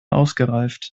ausgereift